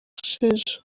sheja